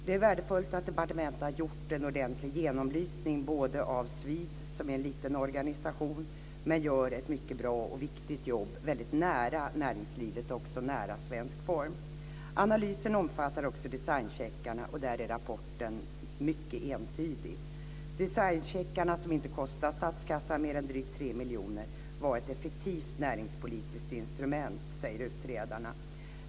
Det är värdefullt att departementet har gjort en ordentlig genomlysning av SVID, som är en liten organisation som gör ett mycket bra och viktigt jobb väldigt nära näringslivet och också nära Svensk Form. Analysen omfattar också designcheckarna, och där är rapporten mycket entydig. Designcheckarna, som inte kostat statskassan mer än drygt 3 miljoner, var ett effektivt näringspolitiskt instrument, säger utredarna.